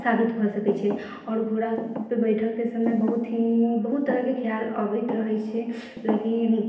साबित भऽ सकै छै आओर घोड़ा पे बैठे के समय बहुत ही बहुत तरह के ख्याल अबैत रहै छै लेकिन